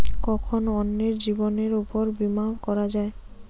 কখন অন্যের জীবনের উপর বীমা করা যায়?